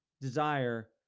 desire